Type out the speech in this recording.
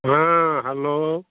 ହଁ ହ୍ୟାଲୋ